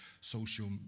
social